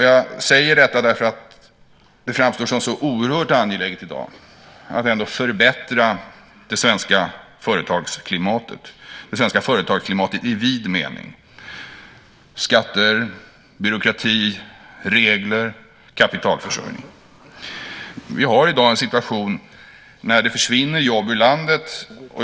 Jag säger detta därför att det framstår som oerhört angeläget i dag att förbättra det svenska företagsklimatet i vid mening. Det handlar om skatter, byråkrati, regler, kapitalförsörjning. Vi har i dag en situation där jobb försvinner i landet.